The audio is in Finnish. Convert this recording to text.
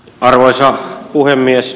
arvoisa puhemies